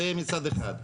זה מצד אחד.